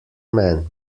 men